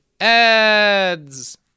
ads